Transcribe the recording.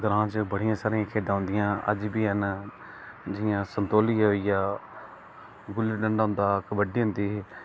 ग्रां च बडियां सारिया खेढां होंदिया अज्ज बी हैन ना जियां संतोलियां होई गेआ गुल्ली डडां होई गेआ कबड्डी होंदी ही